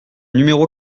numéro